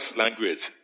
language